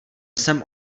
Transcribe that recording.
jsem